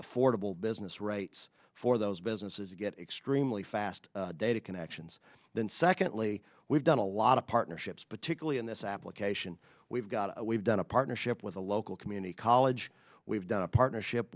affordable business rights for those businesses to get extremely fast data connections then secondly we've done a lot of partnerships particularly in this application we've got a we've done a partnership with the local community college we've done a partnership